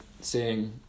seeing